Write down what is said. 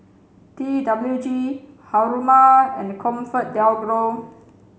T W G Haruma and ComfortDelGro